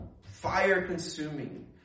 fire-consuming